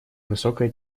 высокая